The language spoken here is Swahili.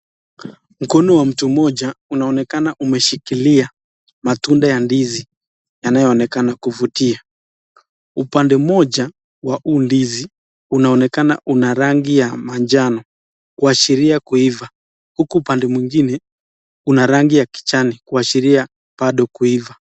Mkono wa mtu mmoja unaonekana umeshikilia matunda ya ndizi yanayoonekana kuvutia. Upande mmoja wa huu ndizi unaonekana una rangi ya manjano kuashiria kuiva uku upande mwingine una rangi ya kijani kuashiria bado kuiva.